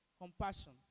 Compassion